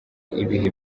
ibihe